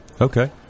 Okay